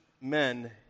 men